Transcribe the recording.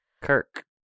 Kirk